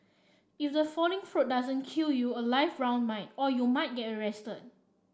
if the falling fruit doesn't kill you a live round might or you might get arrested